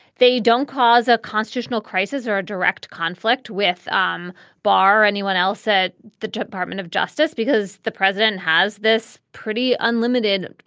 they don't cause a constitutional crisis or a direct conflict with the um bar. anyone else at the department of justice, because the president has this pretty unlimited,